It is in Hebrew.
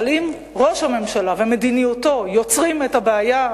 אבל אם ראש הממשלה ומדיניותו יוצרים את הבעיה,